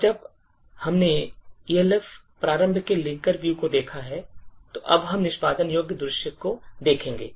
अब जब हमने Elf प्रारूप के linker view को देखा है तो अब हम निष्पादन योग्य दृश्य को देखेंगे